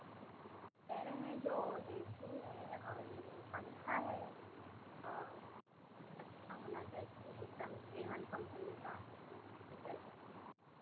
कह रहे हैं जो ए सी है और ये पंखा है और अच्छा होना चाहिए एकदम ए वन कम्पनी का